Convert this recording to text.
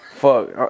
Fuck